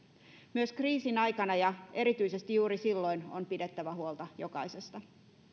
myös kriisin aikana ja erityisesti juuri silloin on pidettävä huolta jokaisesta